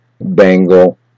Bangle